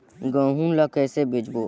गहूं ला कइसे बेचबो?